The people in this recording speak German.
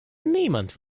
niemand